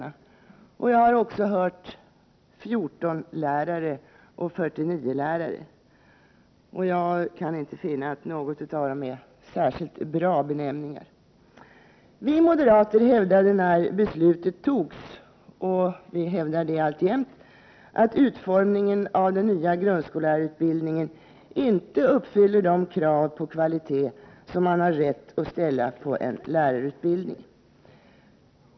Jag har även hört benämningarna 14-lärare och 49-lärare. Jag kan inte finna att någon av dessa benämningar är särskilt bra. Vi moderater hävdade då beslutet fattades — och det gör vi alltjämt — att utformningen av den nya grundskollärarutbildningen inte uppfyller de krav på kvalitet som man har rätt att ställa på en lärarutbildning.